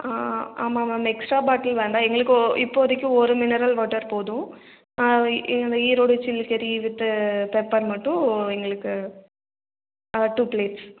ஆமாம் ma'am extra bottle வேண்டாம் எங்களுக்கு இப்போதைக்கு ஒரு மினரல் வாட்டர் போதும் இந்த ஈரோடு சில்லிக்கறி வித் பெப்பர் மட்டும் எங்களுக்கு டூ பிளேட்ஸ்